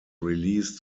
released